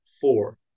four